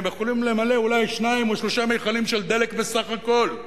יכולים למלא אולי שניים או שלושה מכלים של דלק בסך הכול.